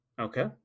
Okay